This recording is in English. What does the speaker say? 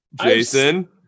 Jason